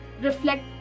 reflect